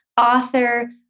Author